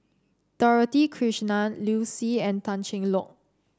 Dorothy Krishnan Liu Si and Tan Cheng Lock